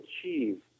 achieve